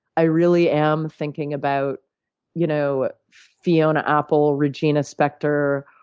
i really am thinking about you know fiona apple, regina spektor,